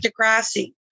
Degrassi